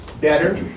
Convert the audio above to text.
better